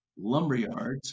lumberyards